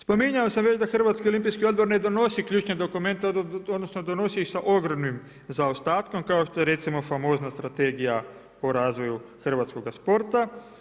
Spominjao sam već da hrvatski olimpijski odbor ne donosi ključne dokumente odnosno donosi ih sa ogromnim zaostatkom kao što je recimo famozna Strategija o razvoju hrvatskoga sporta.